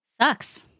sucks